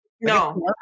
No